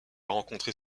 rencontrer